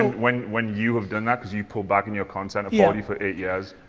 when, when you have done that, cause you pulled back on your content body for eight years,